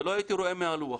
ולא הייתי רואה מהלוח.